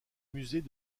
musées